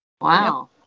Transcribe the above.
Wow